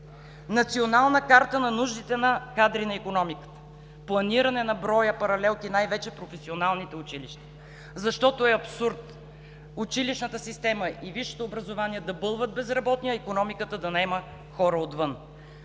Национална карта за нужните кадри на икономиката, планиране на броя паралелки най-вече в професионалните училища, защото е абсурд училищната система и висшето образование да бълват безработни, а икономиката да наема хора отвън.